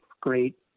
great